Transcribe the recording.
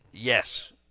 yes